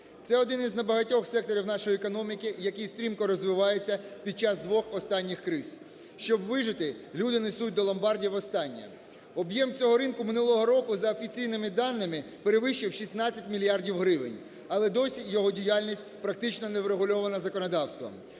Це один з небагатьох секторів нашої економіки, який стрімко розвивається під час двох останніх криз. Щоб вижити, люди несуть до ломбардів останнє. Об'єм цього ринку минулого року за офіційними даними перевищив 16 мільярдів гривень, але досі його діяльність практично не врегульована законодавством.